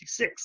1966